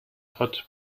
hotch